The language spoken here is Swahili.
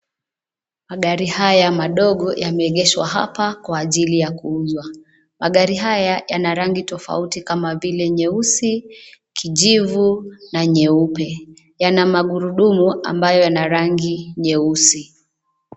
Magari haya madogo yameegeshwa hapa kwa ajili ya kuuzwa. Mgari haya yana rangi tofauti kama vile nyeusi, kijivu na nyeupe. Yana magurudumu ambayo yana rangi nyeusi.